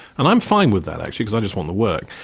and i'm fine with that, actually, because i just want the work.